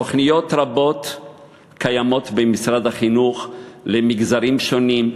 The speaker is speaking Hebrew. תוכניות רבות קיימות במשרד החינוך למגזרים שונים,